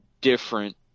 different